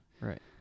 Right